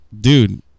Dude